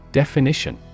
definition